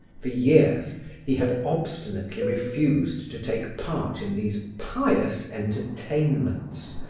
for years he had obstinately refused to take part in these pious entertainments,